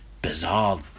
bizarre